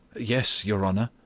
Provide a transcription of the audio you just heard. yes, your honor.